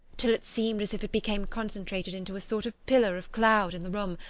till it seemed as if it became concentrated into a sort of pillar of cloud in the room,